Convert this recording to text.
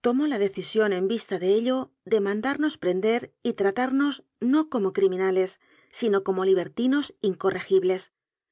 tomó la decisión en vista de ello de mandarnos prender y tratamos no como criminales sino como libertinos incorregibles